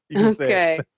Okay